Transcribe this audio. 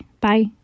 Bye